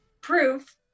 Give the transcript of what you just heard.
proof